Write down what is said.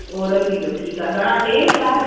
oral बी जो ठीकु आहे घणा टे चारि